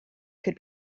could